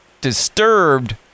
Disturbed